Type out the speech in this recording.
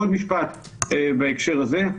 עוד משפט בהקשר הזה.